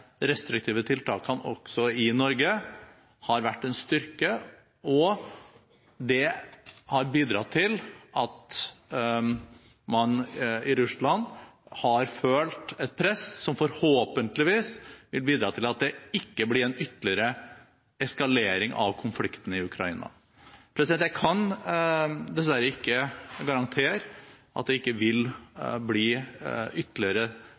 restriktive tiltakene, også fra Norges side, har vært en styrke, og det har bidratt til at man i Russland har følt et press som forhåpentligvis vil bidra til at det ikke blir en ytterligere eskalering av konflikten i Ukraina. Jeg kan dessverre ikke garantere at det ikke vil bli ytterligere